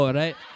right